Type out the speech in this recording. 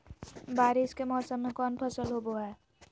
बारिस के मौसम में कौन फसल होबो हाय?